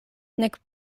nek